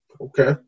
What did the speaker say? Okay